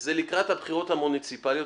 זה לקראת הבחירות המוניציפליות.